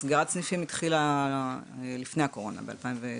סגירת הסניפים התחילה לפני הקורונה ב-2016.